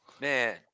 man